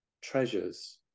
treasures